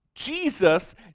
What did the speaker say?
Jesus